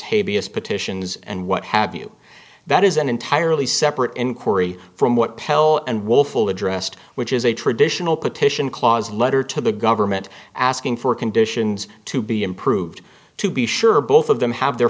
hey b s petitions and what have you that is an entirely separate inquiry from what pelle and wolf will addressed which is a traditional petition clause letter to the government asking for conditions to be improved to be sure both of them have their